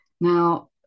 now